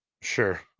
Sure